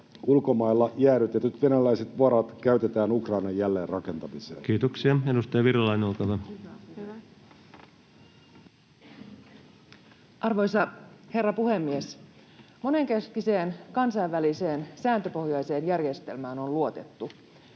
ulkomailla jäädytetyt venäläiset varat käytetään Ukrainan jälleenrakentamiseen. Kiitoksia. — Edustaja Virolainen, olkaa hyvä. Arvoisa herra puhemies! Monenkeskiseen kansainväliseen sääntöpohjaiseen järjestelmään on luotettu.